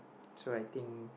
so I think